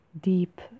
deep